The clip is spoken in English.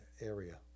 area